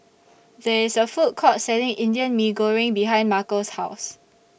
There IS A Food Court Selling Indian Mee Goreng behind Markel's House